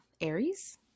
Aries